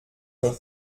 ton